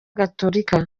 gatolika